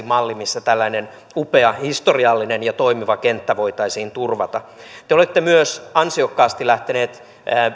malli missä tällainen upea historiallinen ja toimiva kenttä voitaisiin turvata te olette myös ansiokkaasti lähtenyt